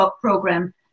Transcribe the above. program